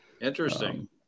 Interesting